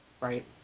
Right